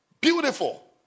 Beautiful